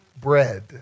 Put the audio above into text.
bread